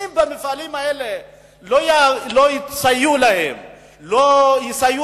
אם לא יסייעו למפעלים האלה ולא יסייעו